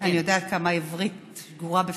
אני יודעת כמה העברית שגורה בפיך.